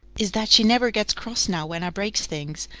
is that she never gets cross now when i breaks things.